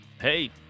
Hey